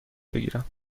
بگیرم